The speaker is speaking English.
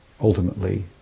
ultimately